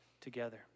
together